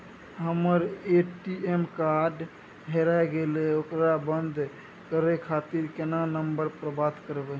हमर ATM card हेराय गेले ओकरा बंद करे खातिर केना नंबर पर बात करबे?